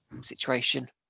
situation